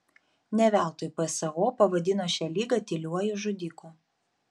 ne veltui pso pavadino šią ligą tyliuoju žudiku